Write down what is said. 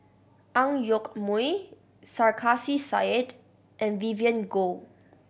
Ang Yoke Mooi Sarkasi Said and Vivien Goh